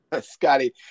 scotty